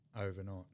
overnight